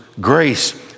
Grace